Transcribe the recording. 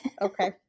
Okay